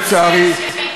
לצערי,